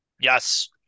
Yes